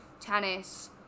tennis